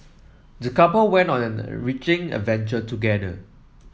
the couple went on an enriching adventure together